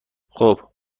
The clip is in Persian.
خوب